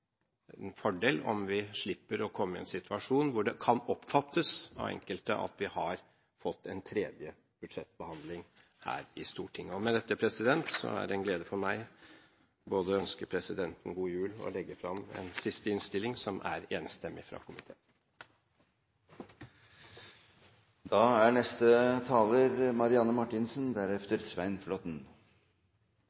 fordel om vi slipper å komme i en situasjon hvor det av enkelte kan oppfattes at vi har fått en tredje budsjettbehandling her i Stortinget. Med dette er det en glede for meg både å ønske presidenten god jul og legge fram en siste innstilling, som er enstemmig fra komiteen. Da